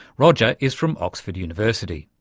rogier is from oxford university.